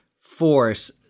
force